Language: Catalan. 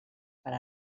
per